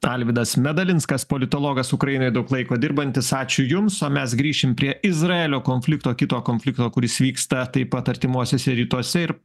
alvydas medalinskas politologas ukrainoj daug laiko dirbantis ačiū jums o mes grįšim prie izraelio konflikto kito konflikto kuris vyksta taip pat artimuosiuose rytuose ir